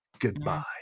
goodbye